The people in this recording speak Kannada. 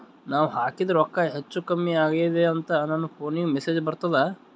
ನಾವ ಹಾಕಿದ ರೊಕ್ಕ ಹೆಚ್ಚು, ಕಮ್ಮಿ ಆಗೆದ ಅಂತ ನನ ಫೋನಿಗ ಮೆಸೇಜ್ ಬರ್ತದ?